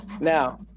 now